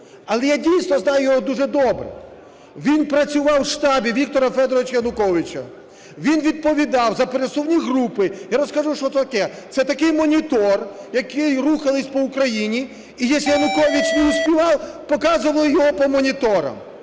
Але я дійсно знаю його дуже добре. Він працював у штабі Віктора Федоровича Януковича, він відповідав за пересувні групи. Я розкажу, що це таке. Це такі монітори, які рухалися по Україні, і якщо Янукович не успевал, показували його по моніторам.